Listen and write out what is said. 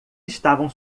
estavam